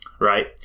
right